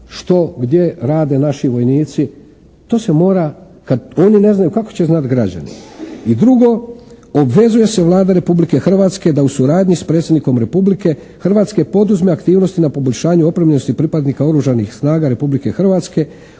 što gdje rade naši vojnici. To se mora. Kad oni ne znaju kako će znati građani? I drugo, obvezuje se Vlada Republike Hrvatske da u suradnji sa Predsjednikom Republike Hrvatske poduzme aktivnosti na poboljšanju opremljenosti pripadnika Oružanih snaga Republike Hrvatske